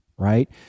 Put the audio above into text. right